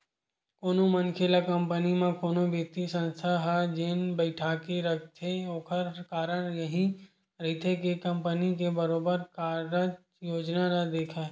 कोनो मनखे ल कंपनी म कोनो बित्तीय संस्था ह जेन बइठाके रखथे ओखर कारन यहीं रहिथे के कंपनी के बरोबर कारज योजना ल देखय